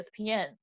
ESPN